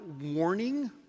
warning